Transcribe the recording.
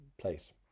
place